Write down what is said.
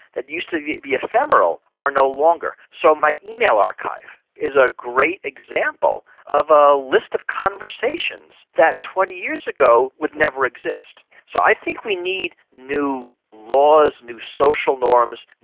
that used to be ephemeral, are no longer. so my email archives is a great example of a list of conversations that twenty years ago would never exist. so i think we need new laws, new social norms,